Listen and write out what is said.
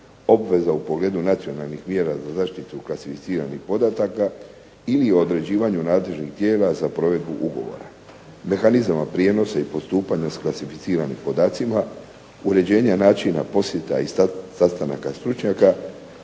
obveza u pogledu nacionalnih mjera za zaštitu klasificiranih podataka ili u određivanju nadležnih tijela za provedbu ugovora. Mehanizama prijenosa i postupanja sa klasificiranim podacima, uređenja načina posjeta i sastanaka stručnjaka,